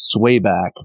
swayback